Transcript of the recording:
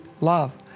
love